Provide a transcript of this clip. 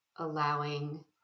allowing